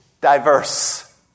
diverse